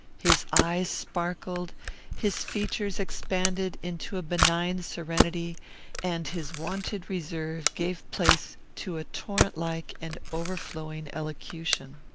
his eyes sparkled his features expanded into a benign serenity and his wonted reserve gave place to a torrent-like and overflowing elocution.